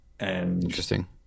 Interesting